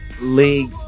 league